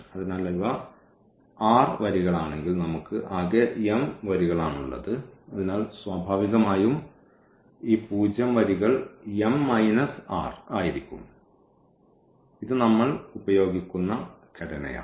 അതിനാൽ ഇവ r വരികളാണെങ്കിൽ നമുക്ക് ആകെ m വരികളാണുള്ളത് അതിനാൽ സ്വാഭാവികമായും ഈ പൂജ്യം വരികൾ m മൈനസ് r ആയിരിക്കും ഇത് നമ്മൾ ഉപയോഗിക്കുന്ന ഘടനയാണ്